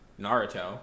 Naruto